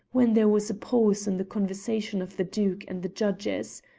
when there was a pause in the conversation of the duke and the judges.